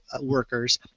workers